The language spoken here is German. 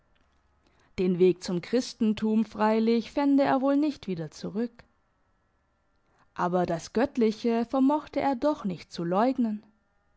den weg zum christentum freilich fände er wohl nicht wieder zurück aber das göttliche vermochte er doch nicht zu leugnen